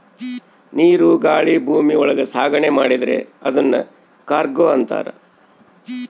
ನೀರು ಗಾಳಿ ಭೂಮಿ ಒಳಗ ಸಾಗಣೆ ಮಾಡಿದ್ರೆ ಅದುನ್ ಕಾರ್ಗೋ ಅಂತಾರ